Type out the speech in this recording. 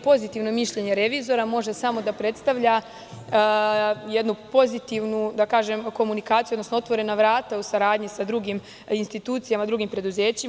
Pozitivno mišljenje revizora može samo da predstavlja jednu pozitivnu komunikaciju, odnosno otvorena vrata u saradnji sa drugim institucijama i drugim preduzećima.